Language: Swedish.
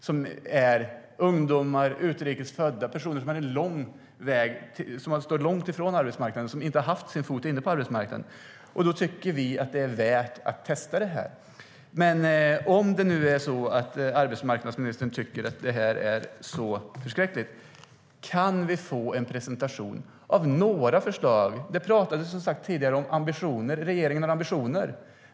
Det handlar om ungdomar, utrikes födda och personer som står långt ifrån arbetsmarknaden och inte har haft sin fot inne på arbetsmarknaden. Då tycker vi att det är värt att testa detta. Om arbetsmarknadsministern tycker att detta är så förskräckligt, kan vi då få en presentation av några förslag från regeringen? Det talades förut om att regeringen har ambitioner.